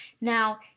Now